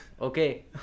Okay